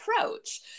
approach